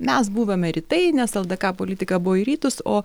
mes buvome rytai nes ldk politika buvo į rytus o